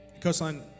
Coastline